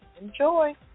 Enjoy